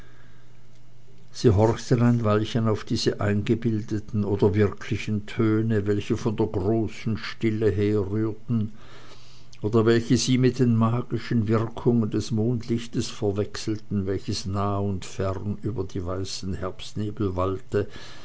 sie horchten ein weilchen auf diese eingebildeten oder wirklichen töne welche von der großen stille herrührten oder welche sie mit den magischen wirkungen des mondlichtes verwechselten welches nah und fern über die weißen herbstnebel wallte